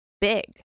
big